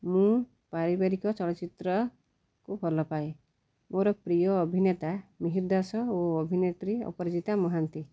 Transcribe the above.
ମୁଁ ପାରିବାରିକ ଚଳଚ୍ଚିତ୍ରକୁ ଭଲ ପାାଏ ମୋର ପ୍ରିୟ ଅଭିନେତା ମିହିର୍ ଦାସ ଓ ଅଭିନେତ୍ରୀ ଅପରାଜିତା ମହାନ୍ତି